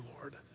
Lord